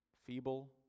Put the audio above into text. Feeble